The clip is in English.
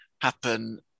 happen